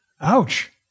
Ouch